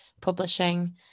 publishing